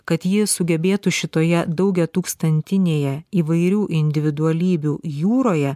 kad ji sugebėtų šitoje daugiatūkstantinėje įvairių individualybių jūroje